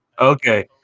Okay